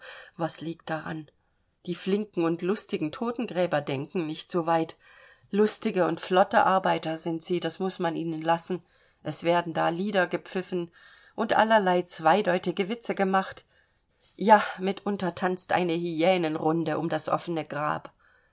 was liegt daran die flinken und lustigen totengräber denken nicht so weit lustige und flotte arbeiter sind sie das muß man ihnen lassen es werden da lieder gepfiffen und allerlei zweideutige witze gemacht ja mitunter tanzt eine hyänenrunde um das offene grab